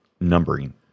numbering